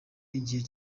igihe